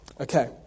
Okay